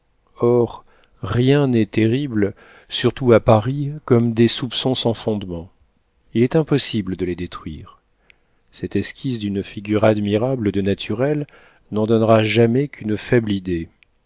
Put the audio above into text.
or rien n'est terrible surtout à paris comme des soupçons sans fondement il est impossible de les détruire cette esquisse d'une figure admirable de naturel n'en donnera jamais qu'une faible idée